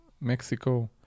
Mexico